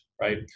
right